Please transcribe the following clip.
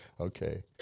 Okay